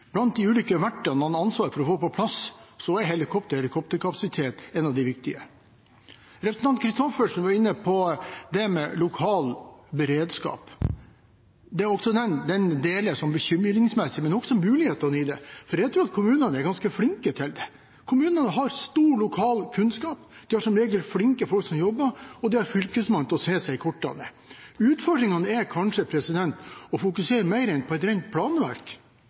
ulike verktøy og det han har ansvar for å få på plass er helikopter og helikopterkapasitet av det viktige. Representanten Christoffersen var inne på lokal beredskap. Jeg deler bekymringen, men det er også muligheter her. For jeg tror kommunene er ganske flinke til dette. Kommunene har stor lokal kunnskap. De har som regel flinke folk som jobber, og de har Fylkesmannen til å se seg i kortene. Utfordringene er kanskje å fokusere på mer enn et rent planverk.